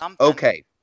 Okay